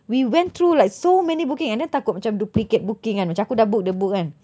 we went through like so many booking and then takut macam duplicate booking kan macam aku dah book the book kan